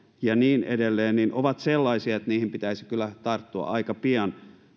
ja niin edelleen ovat sellaisia että niihin pitäisi kyllä tarttua aika pian